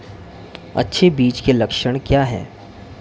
अच्छे बीज के लक्षण क्या हैं?